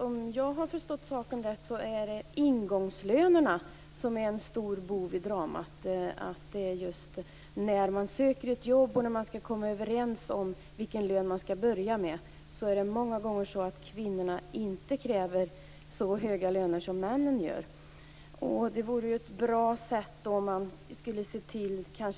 Om jag har förstått saken rätt är det ingångslönerna som är en stor bov i dramat. När man söker ett jobb och kommer överens om vilken lön man skall börja på är det många gånger så att kvinnor inte kräver så höga löner som männen gör. Det vore bra om man